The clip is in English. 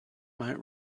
might